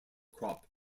crop